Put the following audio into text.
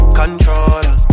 controller